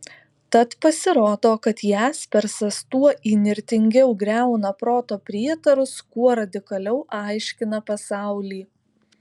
tad pasirodo kad jaspersas tuo įnirtingiau griauna proto prietarus kuo radikaliau aiškina pasaulį